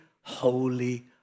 holy